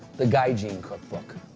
the gaijin cookbook.